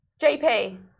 JP